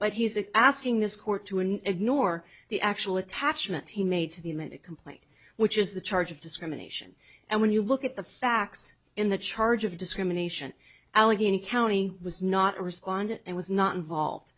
but he's a asking this court to an ignore the actual attachment he made to the amended complaint which is the charge of discrimination and when you look at the facts in the charge of discrimination allegheny county was not responded and was not involved